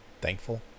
Thankful